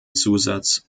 zusatz